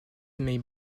may